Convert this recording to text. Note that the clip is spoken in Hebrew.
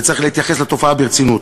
וצריך להתייחס לתופעה ברצינות.